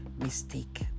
mistake